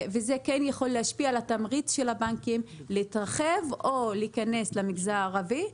וזה כן יכול להשפיע על התמריץ של הבנקים להתרחב או להיכנס למגזר הערבי.